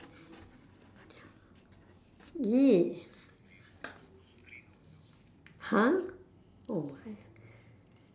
!ee! !huh! oh my